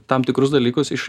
tam tikrus dalykus iš